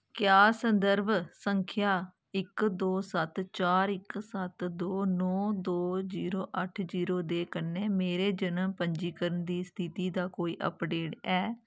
क्या संदर्भ संख्या इक दो सत्त चार इक सत्त दो नौ दो जीरो अट्ठ जीरो दे कन्नै मेरे जनम पंजीकरण दी स्थिति दा कोई अपडेट ऐ